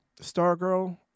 Stargirl